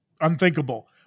unthinkable